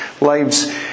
lives